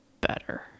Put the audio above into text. better